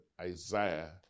Isaiah